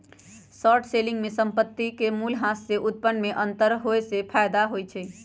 short selling में संपत्ति के मूल्यह्रास से उत्पन्न में अंतर सेहेय फयदा होइ छइ